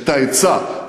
את ההיצע,